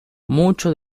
muchos